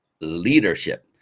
leadership